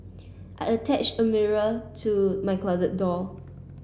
I attached a mirror to my closet door